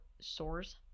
sores